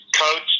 coach